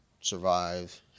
survive